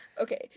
okay